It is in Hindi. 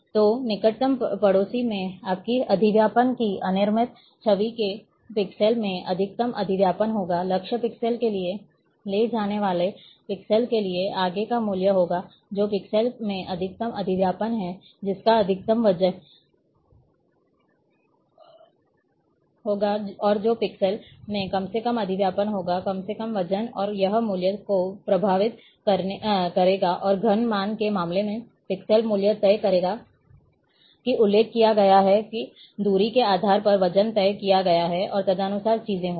तो निकटतम पड़ोसी में आपकी अधिव्यापन की अनिर्मित छवि के पिक्सेल में अधिकतम अधिव्यापन होगा लक्ष्य पिक्सेल के लिए ले जाने वाले पिक्सेल के लिए आगे का मूल्य होगा जो पिक्सेल में अधिकतम अधिव्यापन है जिसका अधिकतम वजन होगा और जो पिक्सेल में कम से कम अधिव्यापन होगा कम से कम वजन और यह मूल्य को प्रभावित करेगा और घन मान के मामले में पिक्सेल मूल्य तय किया जाएगा जैसा कि उल्लेख किया गया है कि दूरी के आधार पर वजन तय किया गया है और तदनुसार चीजें होंगी